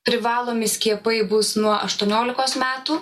privalomi skiepai bus nuo aštuoniolikos metų